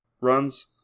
runs